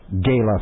gala